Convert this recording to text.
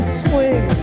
swing